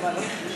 אבל לא הבנתי,